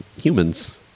humans